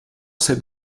cette